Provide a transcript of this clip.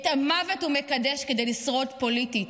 את המוות הוא מקדש כדי לשרוד פוליטית.